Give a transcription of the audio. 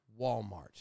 Walmart